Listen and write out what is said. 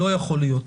לא יכול להיות.